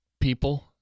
people